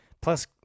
Plus